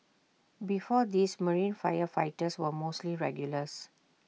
before this marine firefighters were mostly regulars